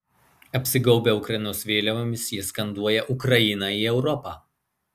apsigaubę ukrainos vėliavomis jie skanduoja ukrainą į europą